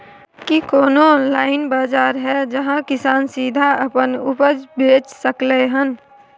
की कोनो ऑनलाइन बाजार हय जहां किसान सीधा अपन उपज बेच सकलय हन?